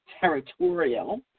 territorial